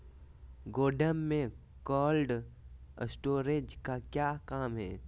गोडम में cold storage का क्या काम है?